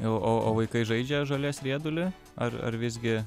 o o o vaikai žaidžia žolės riedulį ar ar visgi